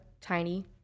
tiny